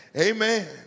Amen